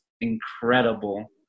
incredible